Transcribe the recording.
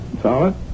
Solid